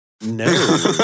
No